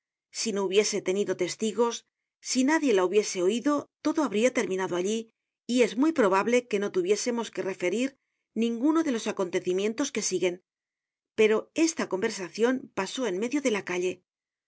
si no hubiese tenido testigos si nadie la hubiese oido todo habria terminado allí y es muy probable que no tuviésemos que referir ninguno de los acontecimientos que siguen pero esta conversacion pasó en medio de la calle